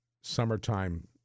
summertime